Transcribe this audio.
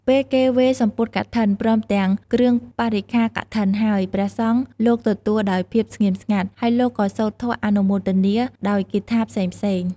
ពេលគេវេរសំពត់កឋិន ព្រមទាំងគ្រឿងបរិក្ខារកឋិនហើយ ព្រះសង្ឃលោកទទួលដោយភាពស្ងៀមស្ងាត់ ហើយលោកក៏សូត្រធម៌អនុមោទនាដោយគាថាផ្សេងៗ។